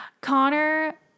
Connor